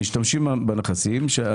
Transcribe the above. משתמשים בנכסים.